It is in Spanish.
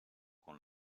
con